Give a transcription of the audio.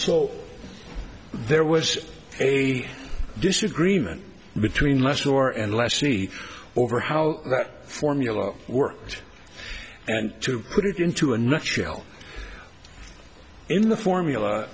so there was a disagreement between less or and less c or how that formula worked and to put it into a nutshell in the formula